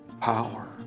power